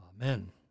Amen